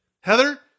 Heather